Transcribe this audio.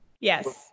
Yes